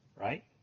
right